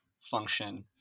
function